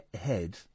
head